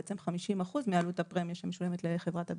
בעצם 50% מעלות הפרמיה שמשולמת לחברת הביטוח,